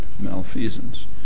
Malfeasance